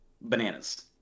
Bananas